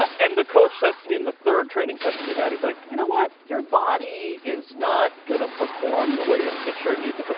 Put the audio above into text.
and the coach says to me, in the third training session we had, he's like, you know what? your body is not gonna perform the way a pitcher needs to